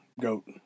goat